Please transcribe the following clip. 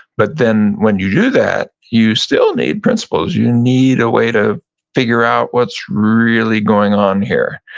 but then when you do that, you still need principles, you need a way to figure out what's really going on here.